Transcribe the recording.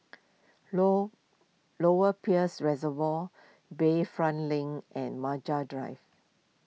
Low Lower Peirce Reservoir Bayfront Link and Maju Drive